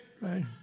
Right